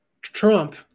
Trump